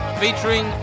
featuring